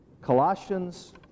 Colossians